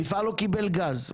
מפעל לא קיבל גז.